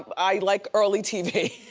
i like early tv.